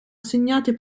assegnate